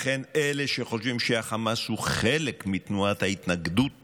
לכן, אלה שחושבים שהחמאס הוא חלק מתנועת ההתנגדות